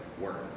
work